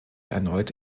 erneut